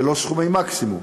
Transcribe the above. ולא סכומי מקסימום.